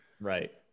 right